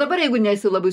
dabar jeigu nesi labai